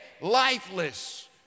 lifeless